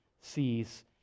sees